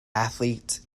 athletes